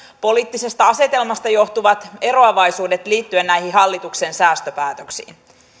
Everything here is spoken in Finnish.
poliittisesta asetelmasta johtuvat eroavaisuudet liittyen näihin hallituksen säästöpäätöksiin